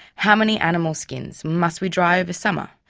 how many animal skins must we dry over summer?